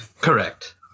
correct